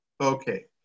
Okay